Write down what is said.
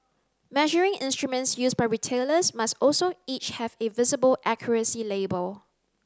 measuring instruments used by retailers must also each have a visible accuracy label